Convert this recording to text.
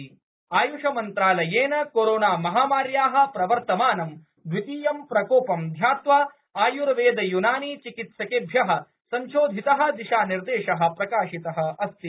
आयषमंत्रालयः आयुष मंत्रालयेन कोरोना महामार्या प्रवर्तमानं द्वितीयं प्रकोपं ध्यात्वा आयुर्वेद यूनानी चिकित्सकेभ्य संशोधित दिशा निर्देश प्रकाशित अस्ति